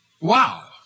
Wow